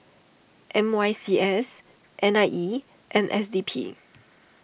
M C Y S N I E and S D P